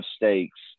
mistakes